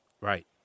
Right